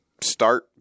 start